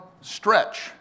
stretch